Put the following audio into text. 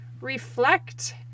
reflect